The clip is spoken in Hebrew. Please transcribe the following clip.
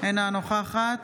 אינה נוכחת